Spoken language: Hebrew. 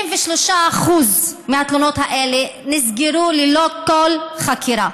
93% מהתלונות האלה נסגרו ללא כל חקירה.